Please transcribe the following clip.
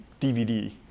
DVD